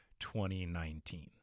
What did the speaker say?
2019